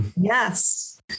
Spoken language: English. yes